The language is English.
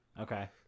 Okay